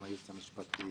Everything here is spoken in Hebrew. גם הייעוץ המשפטי,